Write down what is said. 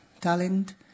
talent